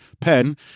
pen